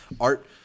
Art